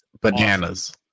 bananas